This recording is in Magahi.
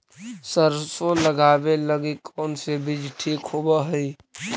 सरसों लगावे लगी कौन से बीज ठीक होव हई?